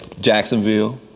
Jacksonville